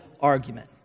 argument